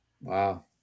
Wow